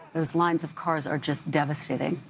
those lines of cars are just devastating.